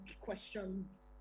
questions